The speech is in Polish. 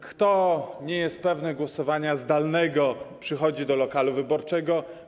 Kto nie jest pewny głosowania zdalnego, przychodzi do lokalu wyborczego.